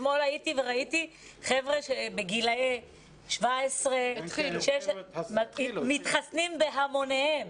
אתמול ראיתי חבר'ה בגילאי 17-16 מתחסנים בהמוניהם.